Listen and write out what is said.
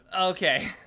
Okay